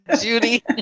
Judy